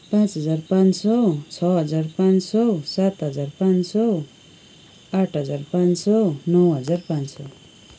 पाँच हजार पाँच सौ छ हजार पाँच सौ सात हजार पाँच सौ आठ हजार पाँच सौ नौ हजार पाँच सौ